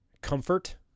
comfort